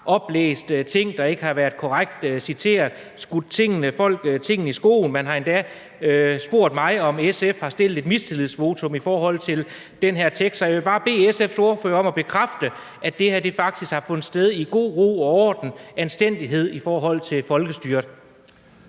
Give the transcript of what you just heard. oplæst ting, der ikke har været korrekt citeret, skudt folk ting i skoene, man har endda spurgt mig, om SF har stillet et mistillidsvotum i forhold til det her forslag til vedtagelse. Så vil jeg bare bede SF's ordfører om at bekræfte, at det her faktisk har fundet sted i god ro og orden og med anstændighed i forhold til folkestyret.